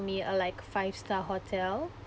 me uh like five star hotel